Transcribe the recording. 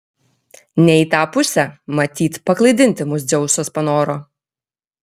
ne į tą pusę matyt paklaidinti mus dzeusas panoro